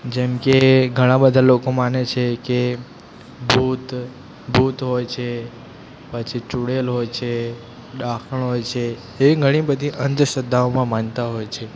જેમ કે ઘણાં બધા લોકો માને છે કે ભૂત ભૂત હોય છે પછી ચુડેલ હોય છે ડાકણ હોય છે એવી ઘણી બધી અંધશ્રદ્ધાઓમાં માનતા હોય છે